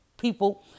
people